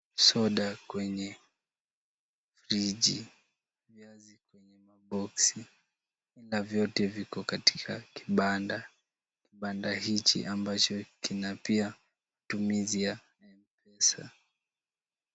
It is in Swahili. Soda kwenye friji, viazi kwenye maboksi na vyote viko katika kibanda. Kibanda hich ambacho kina pia matumizi ya Mpesa.